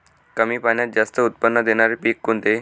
कमी पाण्यात जास्त उत्त्पन्न देणारे पीक कोणते?